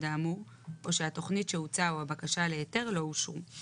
האמור או שהתכנית שהוצעה או הבקשה להיתר לא אושרו;